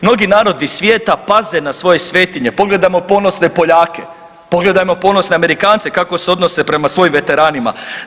Mnogi narodi svijeta paze na svoje svetinje, pogledajmo ponosne Poljake, pogledajmo ponosne Amerikance kako se odnose prema svojim veteranima.